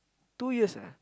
two years ah